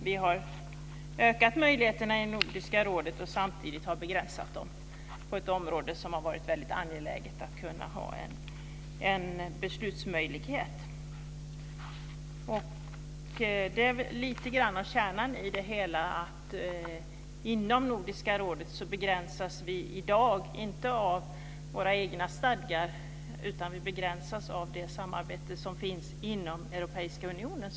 Vi har ökat möjligheterna i Nordiska rådet samtidigt som vi har begränsat dem på ett område där det hade varit väldigt angeläget att ha en beslutsmöjlighet. Kärnan i det hela är att vi i dag inom Nordiska rådet inte begränsas av våra egna stadgar utan av det samarbete som finns inom Europeiska unionen.